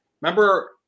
remember